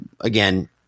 again